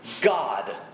God